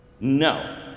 No